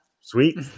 Sweet